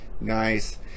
nice